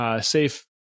Safe